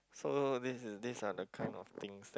so this is these are the kind of things that